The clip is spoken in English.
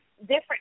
different